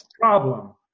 problem